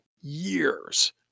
years